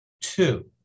Two